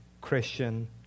Christian